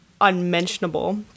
unmentionable